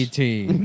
team